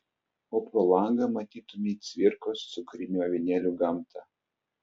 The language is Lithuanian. o pro langą matytumei cvirkos cukrinių avinėlių gamtą